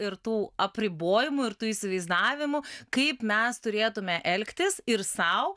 ir tų apribojimų ir tų įsivaizdavimų kaip mes turėtume elgtis ir sau